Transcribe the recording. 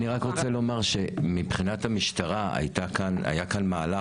אני רק רוצה לומר שמבחינת המשטרה היה כאן מהלך.